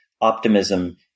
optimism